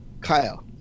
Kyle